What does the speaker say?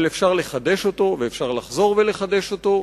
אבל אפשר לחדש אותו ואפשר לחזור ולחדש אותו.